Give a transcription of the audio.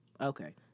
Okay